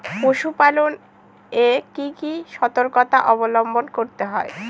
পশুপালন এ কি কি সর্তকতা অবলম্বন করতে হবে?